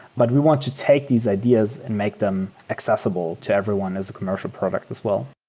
but we want to take these ideas and make them accessible to everyone as a commercial product as well.